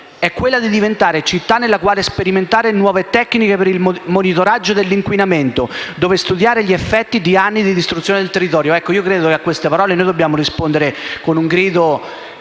è quella di diventare città nella quale sperimentare nuove tecniche per il monitoraggio dell'inquinamento, dove studiare gli effetti di anni di distruzione del territorio». Io credo che a queste parole noi dobbiamo rispondere con un grido